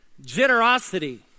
Generosity